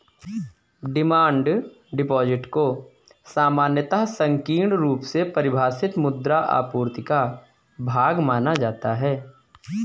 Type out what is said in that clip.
demand deposit को सामान्यतः संकीर्ण रुप से परिभाषित मुद्रा आपूर्ति का भाग माना जाता है